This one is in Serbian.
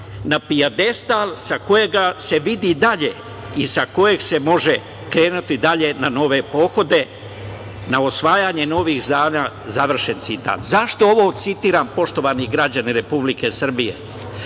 na pijedestal sa kojeg se vidi dalje i sa kojeg se može krenuti dalje na nove pohode, na usvajanje novih znanja“, završen citat.Zašto ovo citiram, poštovani građani Republike Srbije?